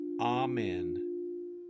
amen